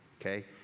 Okay